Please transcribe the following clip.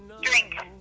Drink